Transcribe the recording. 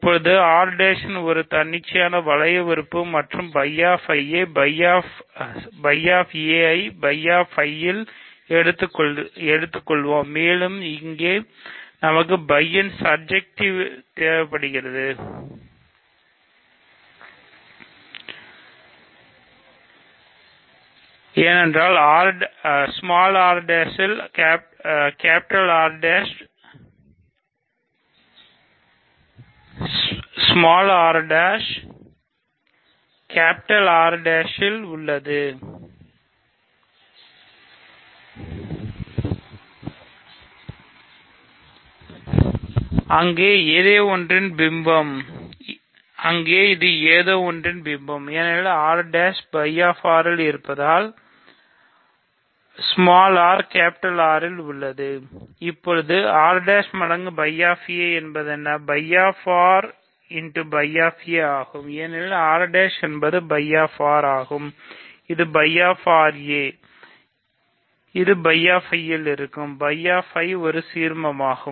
இப்போது R' இன் ஒரு தன்னிச்சையான வளைய உறுப்பு மற்றும் φஇல் இருப்பதால் r R இல்உள்ளது இப்போது r' மடங்கு φ ஒரு சீர்மமாகும்